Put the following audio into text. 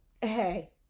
Hey